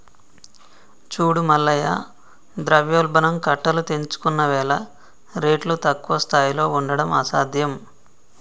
చూడు మల్లయ్య ద్రవ్యోల్బణం కట్టలు తెంచుకున్నవేల రేట్లు తక్కువ స్థాయిలో ఉండడం అసాధ్యం